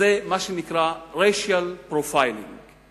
מה שנקראracial profiling .